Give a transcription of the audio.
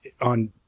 on